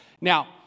Now